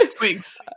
wigs